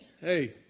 Hey